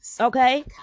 okay